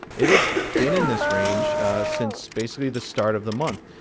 it has been in this range since basically the start of the month.